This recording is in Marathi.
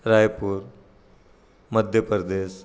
रायपूर मध्यप्रदेश